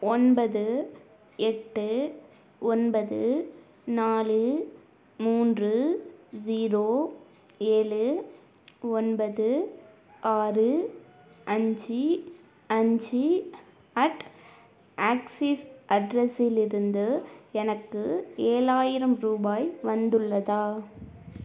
ஒன்பது எட்டு ஒன்பது நாலு மூன்று ஜீரோ ஏழு ஒன்பது ஆறு அஞ்சு அஞ்சு அட் ஆக்சிஸ் அட்ரெஸிலிருந்து எனக்கு ஏழாயிரம் ரூபாய் வந்துள்ளதா